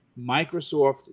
Microsoft